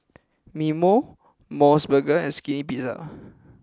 Mimeo Mos Burger and Skinny Pizza